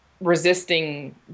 resisting